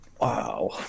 Wow